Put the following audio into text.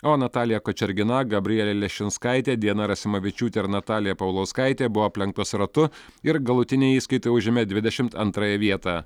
o natalija kočergina gabrielė leščinskaitė diana rasimavičiūtė ir natalija paulauskaitė buvo aplenktos ratu ir galutinėje įskaitoje užėmė dvidešimt antrąją vietą